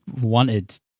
wanted